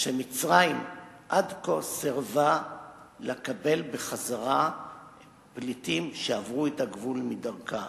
שמצרים עד כה סירבה לקבל בחזרה פליטים שעברו את הגבול דרכה.